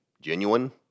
genuine